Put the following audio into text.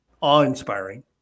awe-inspiring